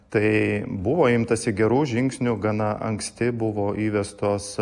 tai buvo imtasi gerų žingsnių gana anksti buvo įvestos